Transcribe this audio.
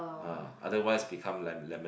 ah otherwise become le~ lemon